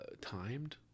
timed